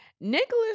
Nicholas